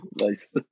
Nice